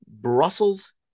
Brussels